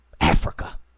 Africa